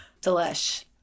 delish